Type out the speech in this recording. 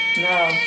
No